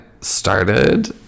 started